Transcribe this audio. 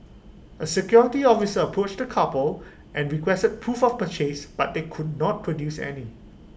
the security officer approached the couple and requested proof of purchase but they could not produce any